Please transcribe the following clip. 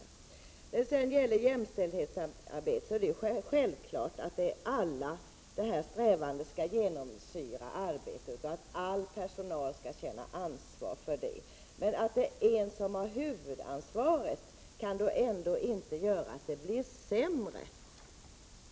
När det gäller jämställdhetsarbetet är det självklart att strävandena skall genomsyra allas arbete och att all personal skall känna ansvar för det. Men att en person har huvudansvaret kan väl ändå inte göra att det blir sämre?